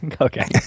Okay